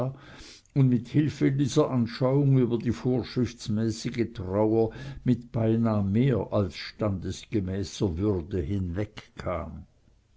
und mit hilfe dieser anschauung über die vorschriftsmäßige trauer mit beinah mehr als standesgemäßer würde hinwegkam